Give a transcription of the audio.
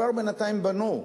בינתיים כבר בנו.